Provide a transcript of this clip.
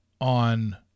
on